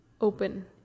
open